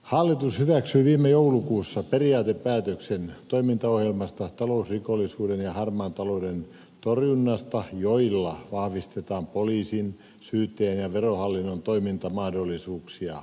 hallitus hyväksyi viime joulukuussa periaatepäätöksen toimintaohjelmasta talousrikollisuuden ja harmaan talouden torjunnasta joilla vahvistetaan poliisin syyttäjän ja verohallinnon toimintamahdollisuuksia